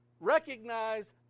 recognize